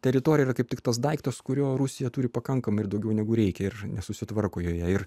teritorijoje kaip tik tas daiktas kurio rusija turi pakankamai ir daugiau negu reikia ir nesusitvarko joje ir